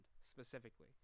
specifically